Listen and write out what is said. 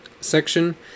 Section